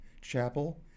Chapel